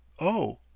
Oh